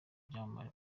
byamamare